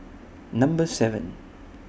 Number seven